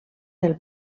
del